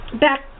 back